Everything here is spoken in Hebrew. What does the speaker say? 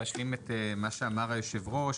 להשלים את מה שאמר היושב ראש,